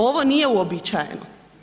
Ovo nije uobičajeno.